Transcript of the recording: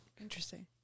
interesting